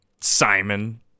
Simon